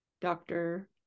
doctor